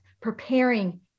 preparing